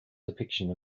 depiction